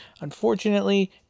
Unfortunately